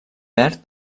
verd